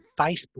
facebook